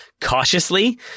cautiously